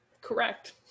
correct